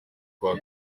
kwa